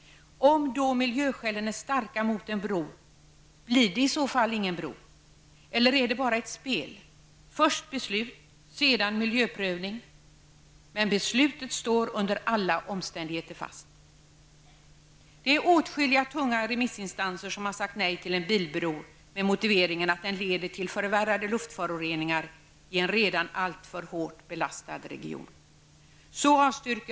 Om miljöskälen mot en bro är starka, blir det i så fall ingen bro? Eller är detta bara ett spel? Först kommer beslut, sedan miljöprövning -- men beslutet står fast under alla omständigheter. Åtskilliga tunga remissinstanser har sagt nej till en bilbro, med motiveringen att den leder till förvärrade luftföroreningar i en redan alltför hårt belastad region.